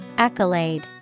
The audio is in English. Accolade